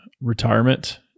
retirement